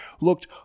Looked